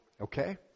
Okay